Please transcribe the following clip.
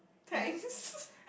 thanks